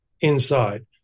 inside